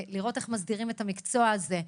לראות איך מסדירים את המקצוע הזה,